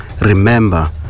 remember